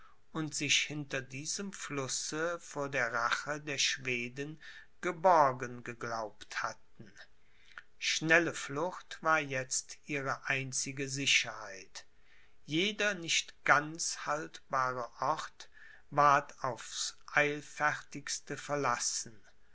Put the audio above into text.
und sich hinter diesem flusse vor der rache der schweden geborgen geglaubt hatten schnelle flucht war jetzt ihre einzige sicherheit jeder nicht ganz haltbare ort ward aufs eilfertigste verlassen